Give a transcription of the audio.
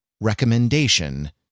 Recommendation